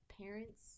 parents